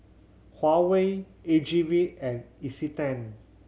Huawei A G V and Isetan